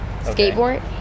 skateboard